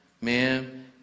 Ma'am